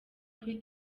kuri